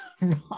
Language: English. Right